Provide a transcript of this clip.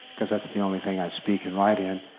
because that's the only thing i speak and write in,